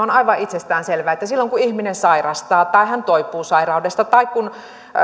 on aivan itsestään selvää silloin kun ihminen sairastaa tai toipuu sairaudesta